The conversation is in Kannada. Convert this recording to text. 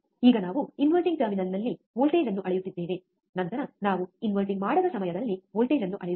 ಈಗ ನಾವು ಇನ್ವರ್ಟಿಂಗ್ ಟರ್ಮಿನಲ್ನಲ್ಲಿ ವೋಲ್ಟೇಜ್ ಅನ್ನು ಅಳೆಯುತ್ತಿದ್ದೇವೆ ನಂತರ ನಾವು ಇನ್ವರ್ಟಿಂಗ್ ಮಾಡದ ಸಮಯದಲ್ಲಿ ವೋಲ್ಟೇಜ್ ಅನ್ನು ಅಳೆಯುತ್ತೇವೆ